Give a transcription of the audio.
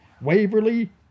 Waverly